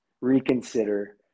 reconsider